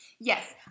Yes